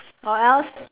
or else